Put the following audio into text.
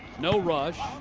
no rush.